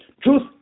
truth